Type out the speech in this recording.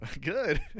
Good